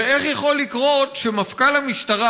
ואיך יכול לקרות שמפכ"ל המשטרה,